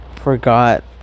forgot